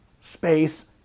space